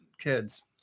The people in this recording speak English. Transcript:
kids